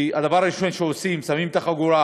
והדבר הראשון שהם עושים הוא שהם שמים את החגורה,